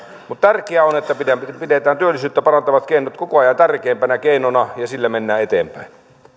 mutta tärkeää on että pidetään työllisyyttä parantavat keinot koko ajan tärkeimpinä keinoina ja sillä mennään eteenpäin